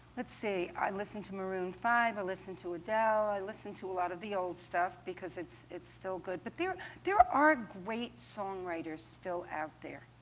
let's see. i listen to maroon five. i listen to adele. i listen to a lot of the old stuff, because it's it's still good. but there there are great songwriters still out there.